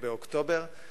באוקטובר.